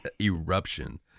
Eruption